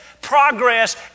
progress